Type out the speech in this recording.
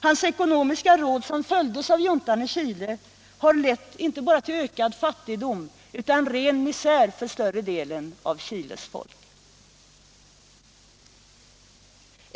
Hans ekonomiska råd, som följts av juntan i Chile, har lett till inte bara ökad fattigdom utan ren misär för större delen av Chiles folk.